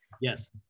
Yes